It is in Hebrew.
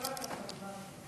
אין מתנגדים,